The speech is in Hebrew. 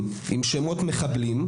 בתוך המוסד שלו, שוב,